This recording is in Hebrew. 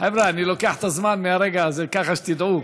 חבר'ה, אני לוקח את הזמן מהרגע הזה, ככה שתדעו.